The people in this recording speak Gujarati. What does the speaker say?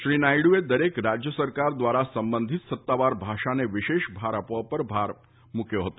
શ્રી નાયડુએ દરેક રાજ્ય સરકાર દ્વારા સંબંધિત સત્તાવાર ભાષાને વિશેષ ભાર આપવા પર ભાર મૂક્યો હતો